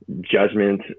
judgment